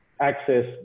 access